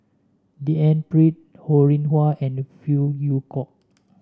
D N Pritt Ho Rih Hwa and Phey Yew Kok